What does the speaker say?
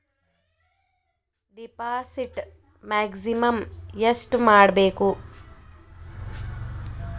Deposit maximum ಎಷ್ಟು ಮಾಡಬೇಕು?